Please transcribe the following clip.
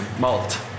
Malt